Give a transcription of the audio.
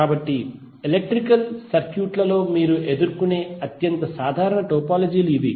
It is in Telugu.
కాబట్టి ఎలక్ట్రికల్ సర్క్యూట్ లలో మీరు ఎదుర్కొనే అత్యంత సాధారణ టోపోలాజీ లు ఇవి